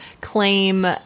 claim